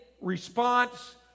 response